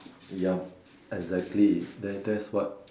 yup exactly that that's what